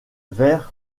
vers